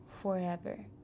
forever